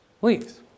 Please